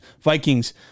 Vikings